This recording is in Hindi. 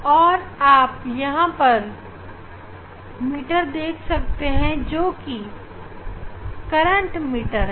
और आप यहां पर मीटर देख सकते हैं जोकि करंट मीटर है